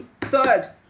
Third